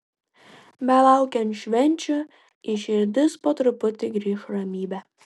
belaukiant švenčių į širdis po truputį grįš ramybė